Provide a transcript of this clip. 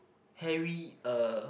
Harry uh